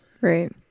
Right